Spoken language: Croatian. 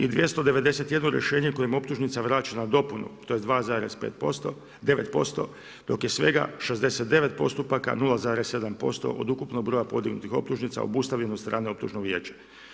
I 291 rješenje kojem optužnica vraćanja dopunu, tj. 2,9% dok je svega 69 postupaka, 0,7% od ukupnog broja podignutih optužnica obustavljenost radnog optužno vijeća.